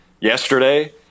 yesterday